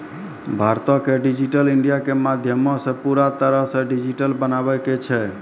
भारतो के digital India के माध्यमो से पूरा तरहो से डिजिटल बनाबै के छै